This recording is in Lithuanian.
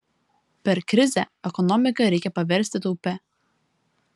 per krizę ekonomiką reikia paversti taupia